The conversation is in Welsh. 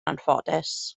anffodus